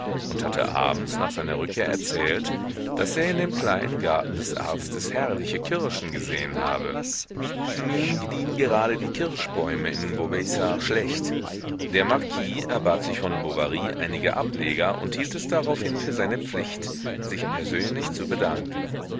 und hatte abends nach seiner rückkehr erzählt daß er in dem kleinen garten des arztes herrliche kirschen gesehen habe nun gediehen gerade die kirschbäume in vaubyessard schlecht der marquis erbat sich von bovary einige ableger und hielt es daraufhin für seine pflicht sich persönlich zu bedanken